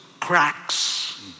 cracks